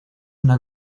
una